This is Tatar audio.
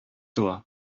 тула